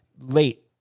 late